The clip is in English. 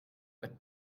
but